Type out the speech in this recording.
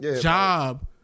job